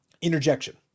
interjection